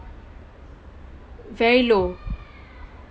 very low